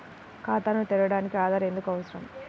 ఖాతాను తెరవడానికి ఆధార్ ఎందుకు అవసరం?